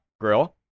grill